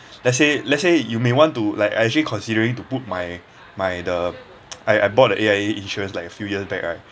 let's say let's say you may want to like I actually considering to put my my the I I bought the A_I_A insurance like a few years back right